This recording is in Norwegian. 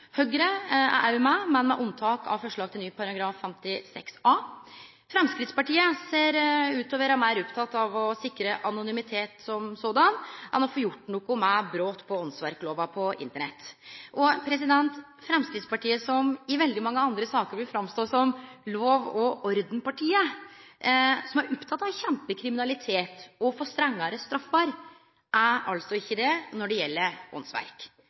Høgre er òg med, men med unntak av forslag til ny § 56a. Framstegspartiet ser ut til å vere meir oppteke av å sikre anonymitet enn å få gjort noko med brot på åndsverklova på Internett. Framstegspartiet, som i veldig mange andre saker vil stå fram som lov-og-orden-partiet, og som er oppteke av å kjempe mot kriminalitet og for strengare straffer, er altså ikkje det når det gjeld